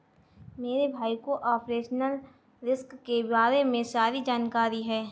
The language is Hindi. मेरे भाई को ऑपरेशनल रिस्क के बारे में सारी जानकारी है